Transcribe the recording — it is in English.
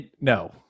no